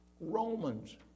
Romans